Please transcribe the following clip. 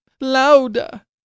louder